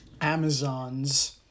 Amazons